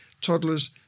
toddlers